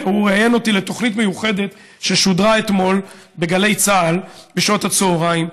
הוא ראיין אותי לתוכנית מיוחדת ששודרה אתמול בגלי צה"ל בשעות הצוהריים.